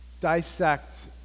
dissect